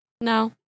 No